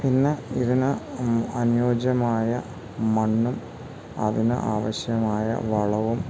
പിന്നെ ഇതിന് അനുയോജ്യമായ മണ്ണും അതിന് ആവശ്യമായ വളവും